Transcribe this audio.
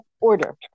order